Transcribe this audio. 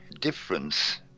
difference